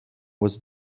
was